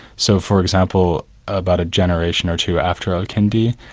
so for example, about a generation or two after al-kindi,